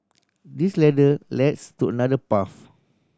this ladder leads to another path